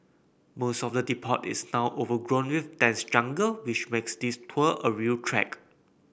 most of the depot is now overgrown with dense jungle which makes this tour a real trek